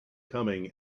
coming